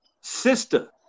sister